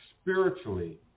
spiritually